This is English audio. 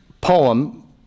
poem